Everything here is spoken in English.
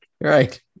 right